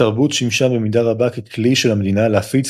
התרבות שימשה במידה רבה ככלי של המדינה להפיץ